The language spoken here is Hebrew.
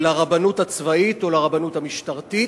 לרבנות הצבאית או לרבנות המשטרתית,